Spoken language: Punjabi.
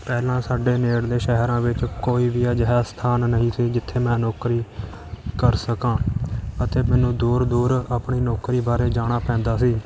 ਪਹਿਲਾਂ ਸਾਡੇ ਨੇੜਲੇ ਸ਼ਹਿਰਾਂ ਵਿੱਚ ਕੋਈ ਵੀ ਅਜਿਹਾ ਸਥਾਨ ਨਹੀਂ ਸੀ ਜਿੱਥੇ ਮੈਂ ਨੌਕਰੀ ਕਰ ਸਕਾਂ ਅਤੇ ਮੈਨੂੰ ਦੂਰ ਦੂਰ ਆਪਣੀ ਨੌਕਰੀ ਬਾਰੇ ਜਾਣਾ ਪੈਂਦਾ ਸੀ